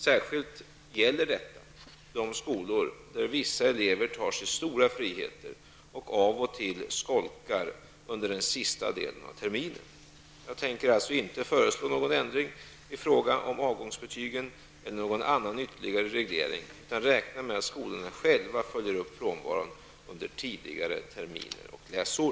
Särskilt gäller detta de skolor där vissa elever tar sig stora friheter och av och till skolkar under den sista delen av terminen. Jag tänker alltså inte föreslå någon ändring i fråga om avgångsbetygen eller någon annan ytterligare reglering utan räknar med att skolorna själva följer upp frånvaron under tidigare terminer och läsår.